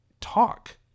talk